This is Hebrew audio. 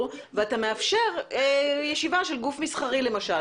ואתה מאפשר ישיבה של גוף מסחרי למשל.